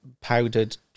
powdered